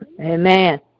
amen